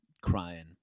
crying